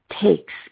takes